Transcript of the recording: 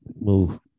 Move